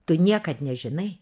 tu niekad nežinai